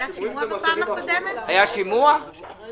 היה שימוע בפעם הקודמת?